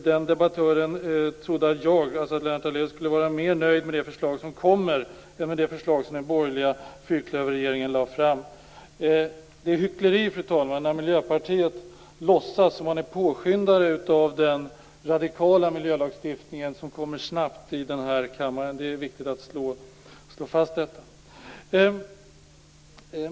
Den debattören trodde att jag, dvs. att Lennart Daléus, skulle vara mer nöjd med det förslag som kommer än med det förslag som den borgerliga fyrklöverregeringen lade fram. Fru talman! Det är hyckleri när Miljöpartiet låtsas som om man är påskyndare av en radikal miljölagstiftning som kommer snabbt här i kammaren. Det är viktigt att slå fast detta.